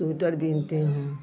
sweater बुनती हूँ